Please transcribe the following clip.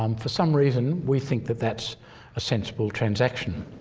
um for some reason, we think that that's a sensible transaction.